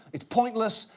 it's pointless,